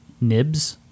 Nibs